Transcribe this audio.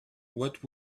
what